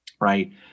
right